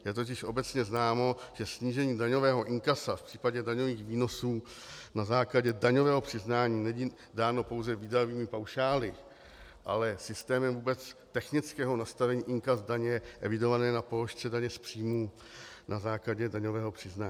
Je totiž obecně známo, že snížení daňového inkasa v případě daňových výnosů na základě daňového přiznání není dáno pouze výdajovými paušály, ale systémem vůbec technického nastavení inkas daně vydělané na položce daně z příjmů na základě daňového přiznání.